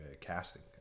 casting